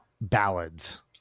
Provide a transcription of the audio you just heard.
ballads